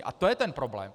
A to je ten problém.